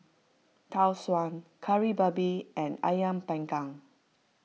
Tau Suan Kari Babi and Ayam Panggang